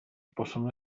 possono